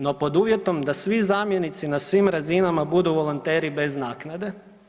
No pod uvjetom da svi zamjenici na svim razinama budu volonteri bez naknade.